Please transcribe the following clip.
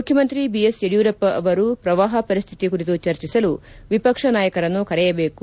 ಮುಖ್ಯಮಂತ್ರಿ B S Yediyurappa ಅವರು ಪ್ರವಾಹ ಪರಿಸ್ಥಿತಿ ಕುರಿತು ಚರ್ಚಿಸಲು ವಿಪಕ್ಷ ನಾಯಕರನ್ನು ಕರೆಯಬೇಕು